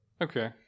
Okay